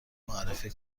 معرفی